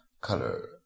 color